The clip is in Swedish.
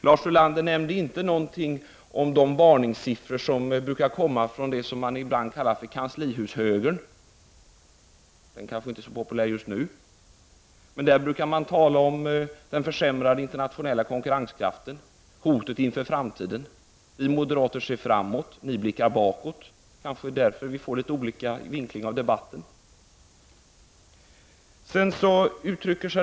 Lars Ulander nämnde ingenting om de varningssignaler som brukar komma från det man ibland kallar kanslihushögern — den kanske inte är så populär just nu — där man brukar tala om den försämrade internationella konkurrenskraften och hotet inför framtiden. Vi moderater ser framåt, ni blickar bakåt. Det är kanske därför vi får litet olika vinkling av debatten.